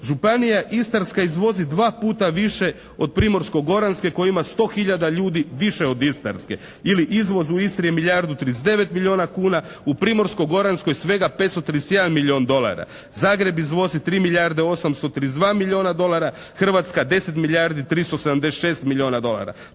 Županija istarska izvozi 2 puta više od Primorsko-goranske koja ima 100 hiljada ljudi više od Istarske ili izvoz u Istri je milijardu 39 milijuna kuna, u Primorsko-goranskoj svega 531 milijun dolara. Zagreb izvozi 3 milijarde 832 milijuna dolara. Hrvatska 10 milijardi 376 milijuna dolara,